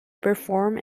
perform